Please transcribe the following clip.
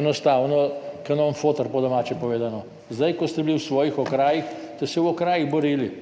enostavno kanon fotr, po domače povedano. Zdaj, ko ste bili v svojih okrajih, ste se v okrajih borili